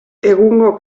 egungo